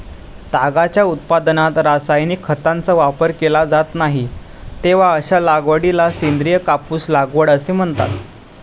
तागाच्या उत्पादनात रासायनिक खतांचा वापर केला जात नाही, तेव्हा अशा लागवडीला सेंद्रिय कापूस लागवड असे म्हणतात